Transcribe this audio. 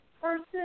person